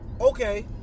okay